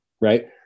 right